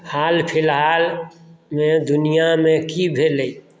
हाल फिलहालमे दुनियामे की भेलै